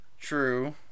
True